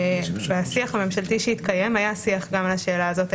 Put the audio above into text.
והשיח הממשלתי שהתקיים היה שיח גם על השאלה הזאת,